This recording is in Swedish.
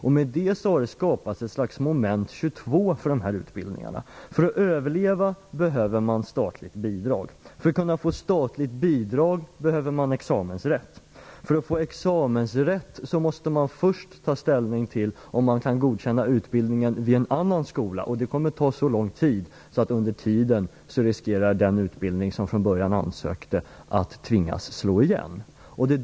Därmed har det skapats ett slags moment 22 för de här utbildningarna: För att överleva behöver man statligt bidrag. För att kunna få statligt bidrag behöver man examensrätt. För att få examensrätt måste man först ta ställning till om utbildning vid annan skola kan godkännas. Det kommer att ta så lång tid att den utbildning som från början ansökte riskerar att behöva slå igen.